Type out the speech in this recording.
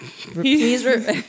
please